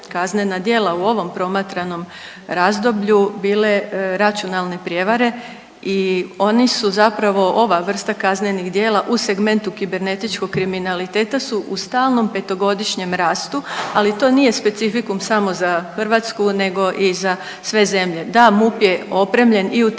kaznena djela u ovom promatranom razdoblju bile računalne prijevare i oni su zapravo ova vrsta ovih kaznenih djela u segmentu kibernetičkog kriminaliteta su u stalnom petogodišnjem rastu, ali to nije specifikum samo za Hrvatsku nego i za sve zemlje. Da, MUP je opremljen i u